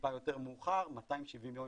טיפה יותר מאוחר, 240 יום,